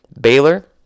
Baylor